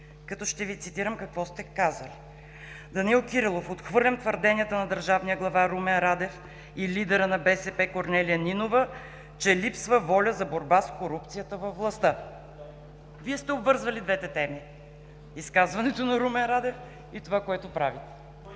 Като ще Ви цитирам какво сте казали: „Данаил Кирилов: Отхвърлям твърденията на държавния глава Румен Радев и лидера на БСП Корнелия Нинова, че липсва воля за борба с корупцията във властта.“ Вие сте обвързвали двете теми – изказването на Румен Радев и това, което прави.